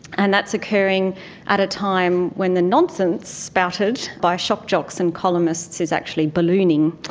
and that's occurring at a time when the nonsense spouted by shock-jocks and columnists is actually ballooning,